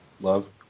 Love